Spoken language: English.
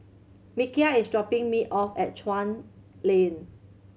Mikeal is dropping me off at Chuan Lane